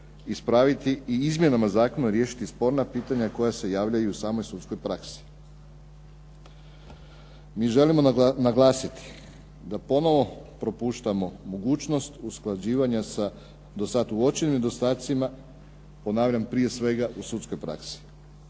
ispraviti i izmjenama zakona riješiti sporna pitanja koja se javljaju u samoj sudskoj praksi. Mi želimo naglasiti da ponovno propuštamo mogućnost usklađivanja sa dosad uočenim nedostacima, ponavljam, prije svega u sudskoj praksi.